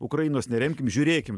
ukrainos neremkim žiūrėkim